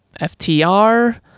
FTR